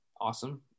awesome